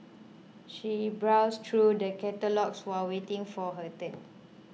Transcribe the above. she browsed through the catalogues while waiting for her turn